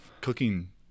cooking